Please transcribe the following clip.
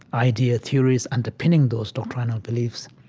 idea theories underpinning those doctrinal beliefs,